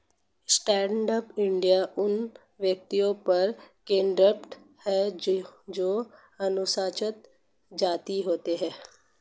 stand up India उन व्यक्तियों पर केंद्रित है जो अनुसूचित जाति होती है